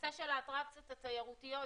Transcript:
הנושא של האטרקציות התיירותיות,